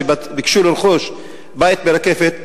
שביקשו לרכוש בית ברקפת,